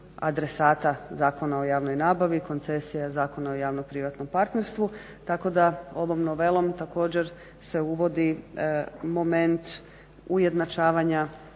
adresata Zakona o javnoj nabavi i koncesija Zakona o javno-privatnom partnerstvu tako da ovom novelom se također uvodi moment ujednačavanja